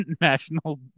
National